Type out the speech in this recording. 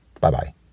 Bye-bye